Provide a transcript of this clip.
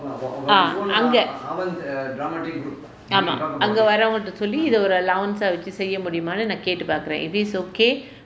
ah அங்க ஆமாம் அங்க வரவங்ககிட்ட சொல்லி ஒரு:anga aamaam anga varavangakatta solli oru allowance ah செய்ய முடியுமா நான் கேட்டு பார்க்கிறேன்:seyya mudiyumaa naan kaettu paarkiren if it's okay